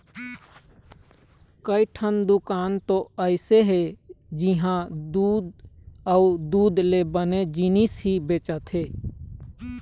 कइठन दुकान तो अइसे हे जिंहा दूद अउ दूद ले बने जिनिस ही बेचाथे